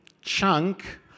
chunk